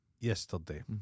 yesterday